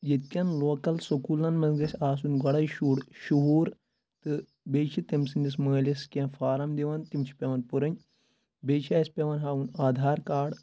ییٚتہِ کؠن لوکَل سکوٗلَن منٛز گژھِ آسُن گۄڈَے شُر شُہ وُہُر تہٕ بیٚیہِ چھِ تٔمۍ سٕنٛدِس مٲلِس کینٛہہ فارم دِوان تِم چھِ پؠوان پُرٕنۍ بیٚیہِ چھِ اَسہِ پؠوَان ہاوُن آدھار کاڈ